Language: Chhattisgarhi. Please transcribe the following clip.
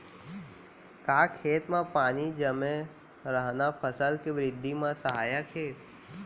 का खेत म पानी जमे रहना फसल के वृद्धि म सहायक हे?